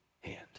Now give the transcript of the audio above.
hand